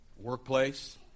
workplace